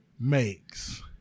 makes